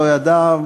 לא ידע,